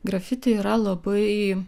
grafiti yra labai